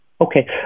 Okay